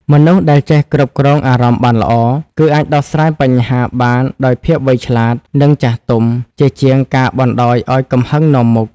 មនុស្សដែលចេះគ្រប់គ្រងអារម្មណ៍បានល្អ គឺអាចដោះស្រាយបញ្ហាបានដោយភាពវៃឆ្លាត និងចាស់ទុំ ជាជាងការបណ្តោយឲ្យកំហឹងនាំមុខ។